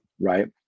Right